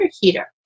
heater